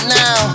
now